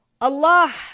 Allah